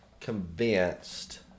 convinced